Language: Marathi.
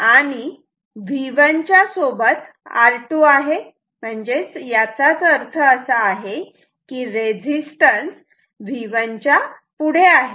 आणि V1 च्या सोबत R2 आहे याचाच अर्थ असा आहे की रेजिस्टन्स V1 च्या पुढे आहे